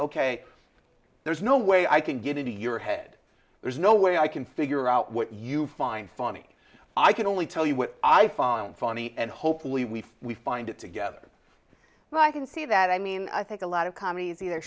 ok there's no way i can get into your head there's no way i can figure out what you find funny i can only tell you what i found funny and hopefully we we find it together and i can see that i mean i think a lot of commies either